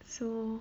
so